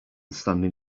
standing